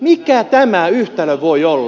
mikä tämä yhtälö voi olla